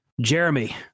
Jeremy